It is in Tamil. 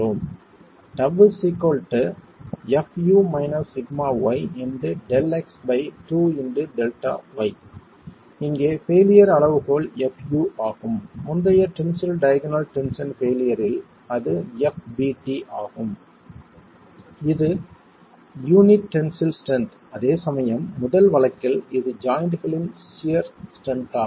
இங்கே பெயிலியர் அளவுகோல் fu ஆகும் முந்தைய டென்சில் டயகனல் டென்ஷன் பெயிலியர் இல் அது fbt ஆகும் இது யூனிட் டென்சில் ஸ்ட்ரென்த் அதேசமயம் முதல் வழக்கில் இது ஜாய்ண்ட்களின் சியர் ஸ்ட்ரென்த் ஆகும்